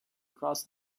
across